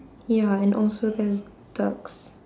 ya and also there's ducks